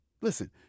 Listen